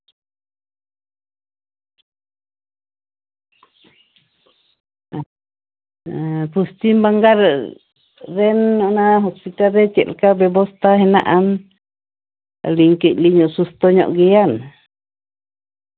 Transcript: ᱮᱸᱜ ᱯᱚᱥᱪᱤᱢ ᱵᱟᱝᱞᱟ ᱨᱮᱱ ᱚᱱᱟ ᱦᱚᱸᱥᱯᱤᱴᱟᱞ ᱨᱮ ᱪᱮᱫ ᱞᱮᱠᱟ ᱵᱮᱵᱚᱥᱛᱟ ᱦᱮᱱᱟᱜ ᱟᱱ ᱟᱹᱞᱤᱧ ᱠᱟᱹᱡ ᱞᱤᱧ ᱚᱥᱩᱥᱛᱷᱚ ᱧᱚᱜ ᱜᱮᱭᱟ